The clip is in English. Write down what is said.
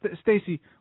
Stacy